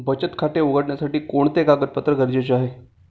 बचत खाते उघडण्यासाठी कोणते कागदपत्रे गरजेचे आहे?